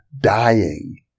dying